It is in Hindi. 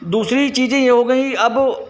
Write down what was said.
दूसरी चीज़ें यह हो गई अब